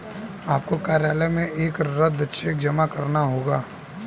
आपको कार्यालय में एक रद्द चेक जमा करना होगा